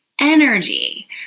energy